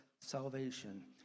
salvation